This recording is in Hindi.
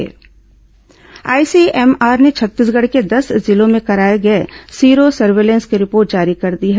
सीरो सर्विलेंस रिपोर्ट आईसीएमआर ने छत्तीसगढ़ के दस जिलों में कराए गए सीरो सर्विलेंस की रिपोर्ट जारी कर दी है